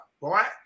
right